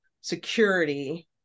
security